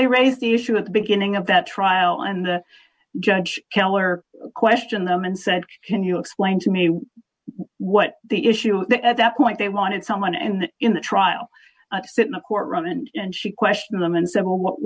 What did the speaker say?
they raised the issue at the beginning of that trial and the judge keller questioned them and said can you explain to me what the issue at that point they wanted someone and in the trial to sit in a courtroom and and she questioned them and said well what